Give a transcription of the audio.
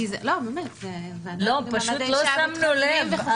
לא, פשוט לא שמנו לב.